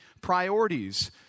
priorities